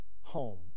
home